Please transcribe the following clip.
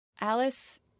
Alice